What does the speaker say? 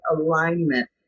alignment